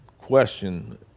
question